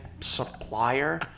supplier